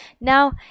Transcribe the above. Now